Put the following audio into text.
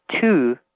two